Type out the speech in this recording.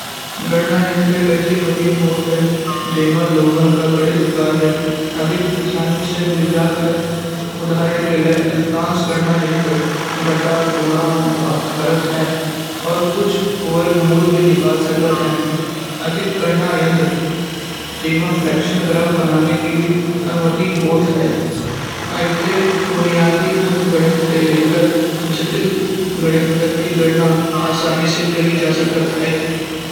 गणना यंत्र एक ऐसी मशीन होत ह जिएमा लोगन का गणित कार्य अधिक आसानी से हुई जात है। उदाहरण के लिए अधिकांश गणना यंत्र घटा गुड़ा भाग करत है और कुछ वर्गमूल भी निकाल सकत है। अधिक गणना यंत्र जिएमा फ्रेक्शन ग्राफ बनाने की भी अनुमति होत है। इते बुनायदी अंकगणित ते लेकर जटिल गणित तक की गणना आसानी से करी जा सकता है।